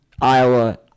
Iowa